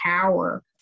power